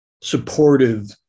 supportive